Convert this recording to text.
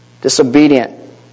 Disobedient